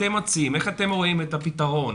איך אתם רואים את הפתרון.